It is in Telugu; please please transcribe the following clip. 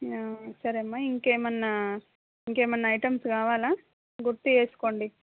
సరేమ్మా ఇంకేమైనా ఇంకేమైనా ఐటమ్స్ కావాలా గుర్తు చేసుకోండి